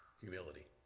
Humility